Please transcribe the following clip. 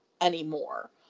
anymore